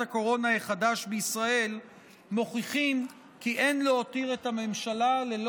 הקורונה החדש בישראל מוכיחות כי אין להותיר את הממשלה בלי